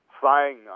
flying